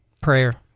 prayer